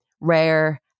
rare